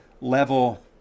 level